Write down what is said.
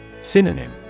Synonym